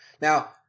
Now